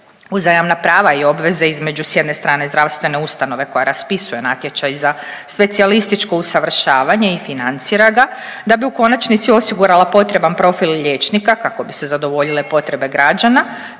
Uzajamna prava i obveze između s jedne strane zdravstvene ustanove koja raspisuje natječaj za specijalističko usavršavanje i financira ga da bi u konačnici osigurala potreban profil liječnika kako bi se zadovoljile potrebe građana,